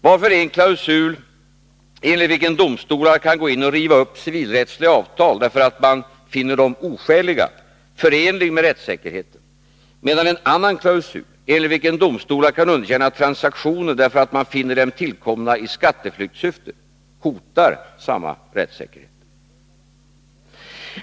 Varför är en klausul, enligt vilken domstolar kan gå in och riva upp civilrättsliga avtal därför att man finner dem ”oskäliga”, förenlig med rättssäkerheten, medan en annan klausul, enligt vilken domstolar kan underkänna transaktioner därför att man finner dem tillkomna i skatteflyktssyfte, hotar samma rättssäkerhet?